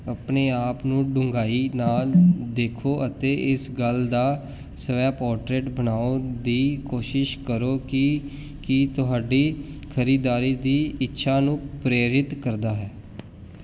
ਆਪਣੇ ਆਪ ਨੂੰ ਡੂੰਘਾਈ ਨਾਲ ਦੇਖੋ ਅਤੇ ਇਸ ਗੱਲ ਦਾ ਸਵੈ ਪੋਰਟਰੇਟ ਬਣਾਉਣ ਦੀ ਕੋਸ਼ਿਸ਼ ਕਰੋ ਕਿ ਕੀ ਤੁਹਾਡੀ ਖਰੀਦਦਾਰੀ ਦੀ ਇੱਛਾ ਨੂੰ ਪ੍ਰੇਰਿਤ ਕਰਦਾ ਹੈ